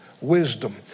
wisdom